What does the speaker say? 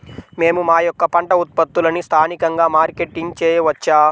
మేము మా యొక్క పంట ఉత్పత్తులని స్థానికంగా మార్కెటింగ్ చేయవచ్చా?